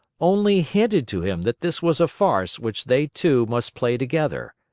only hinted to him that this was a farce which they two must play together.